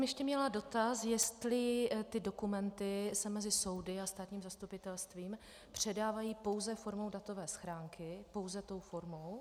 Ještě jsem tam měla dotaz, jestli ty dokumenty se mezi soudy a státním zastupitelstvím předávají pouze formou datové schránky, pouze tou formou.